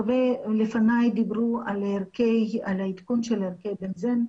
על עדכון של ערכי בנזן.